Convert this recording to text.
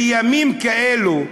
בימים כאלה,